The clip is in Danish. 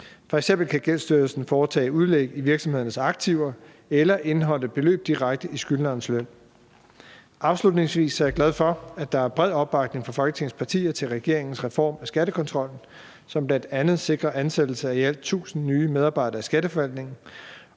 kan f.eks. foretage udlæg i virksomhedernes aktiver eller indeholde beløb direkte i skyldnerens løn. Afslutningsvis er jeg glad for, at der er bred opbakning fra Folketingets partier til regeringens reform af skattekontrollen, som bl.a. sikrer ansættelse af i alt 1.000 nye medarbejdere i Skatteforvaltningen.